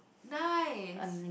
nice